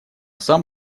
сам